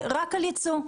רק על יצוא.